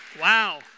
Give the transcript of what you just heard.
Wow